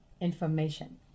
information